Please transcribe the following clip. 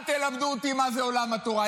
אל תלמדו אותי מה זה עולם התורה,